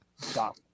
stop